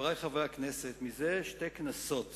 חברי חברי הכנסת, זה שתי כנסות